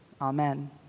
Amen